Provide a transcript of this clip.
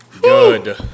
Good